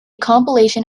compilation